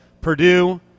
Purdue